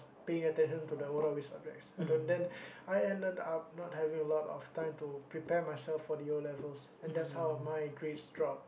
paying attention to the Arabic subjects I don't then I ended up not having a lot of time to prepare myself for the O-levels and that's how my grades dropped